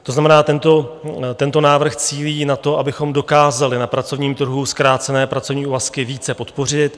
To znamená, tento návrh cílí na to, abychom dokázali na pracovním trhu zkrácené pracovní úvazky více podpořit.